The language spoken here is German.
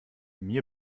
mir